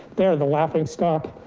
they are the laughing stock.